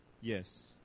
Yes